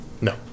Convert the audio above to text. No